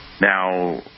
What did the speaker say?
Now